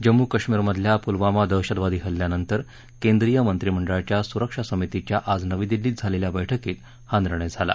जम्मू कश्मीरमधल्या पुलवामा दहशतवादी हल्ल्यानंतर केंद्रीय मंत्रिमंडळाच्या सुरक्षा समितीच्या आज नवी दिल्लीत झालेल्या बैठकीत हा निर्णय झाला